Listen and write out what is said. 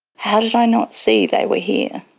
how did i not see they were here?